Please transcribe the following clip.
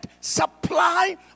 supply